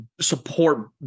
Support